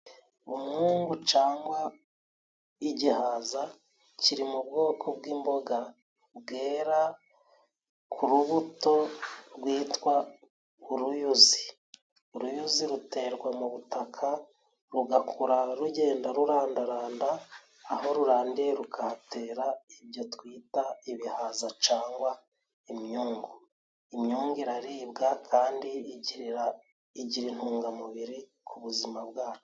Umwungu cyangwa igihaza kiri mu bwoko bw'imboga bwera ku rubuto rwitwa uruyuzi. Uruyuzi ruterwa mu butaka, rugakura rugenda rurandaranda. Aho rurandiye rukahatera ibyo twita ibihaza, cyangwa imyungu. Imyungu iraribwa kandi igira intungamubiri ku buzima bwacu.